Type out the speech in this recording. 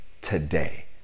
Today